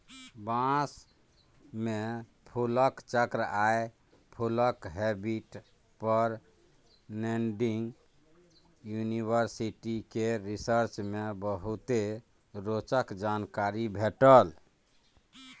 बाँस मे फुलक चक्र आ फुलक हैबिट पर नैजिंड युनिवर्सिटी केर रिसर्च मे बहुते रोचक जानकारी भेटल